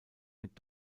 mit